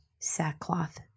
sackcloth